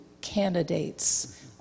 candidates